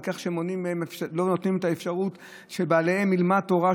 על כך שלא נותנים אפשרות שהבעל ילמד תורה,